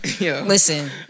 Listen